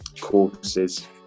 courses